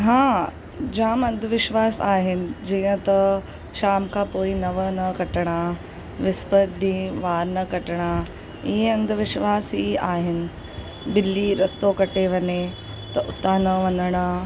हा जाम अंधविश्वासु आहिनि जीअं त शाम खां पोइ नव न कटणा विस्पति ॾींहुं वार न कटणा हीअ अंधविश्वासु ई आहिनि ॿिली रस्तो कटे वञे त उतां न वञणु